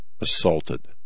assaulted